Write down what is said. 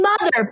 Mother